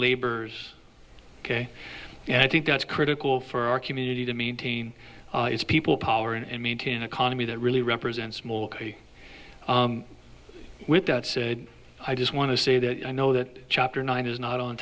laborers ok and i think that's critical for our community to maintain its people power and maintain an economy that really represents with that said i just want to say that i know that chapter nine is not on